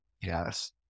yes